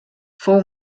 fou